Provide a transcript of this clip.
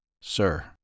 Sir